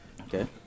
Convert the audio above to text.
Okay